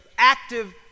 Active